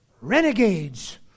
renegades